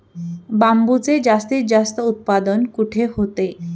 बांबूचे जास्तीत जास्त उत्पादन कुठे होते?